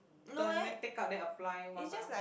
turn then take out then apply one by one